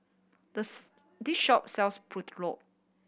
the this shop sells Pulao